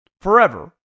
Forever